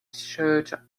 shirt